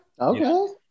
Okay